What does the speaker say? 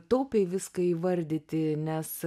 taupiai viską įvardyti nes